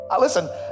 listen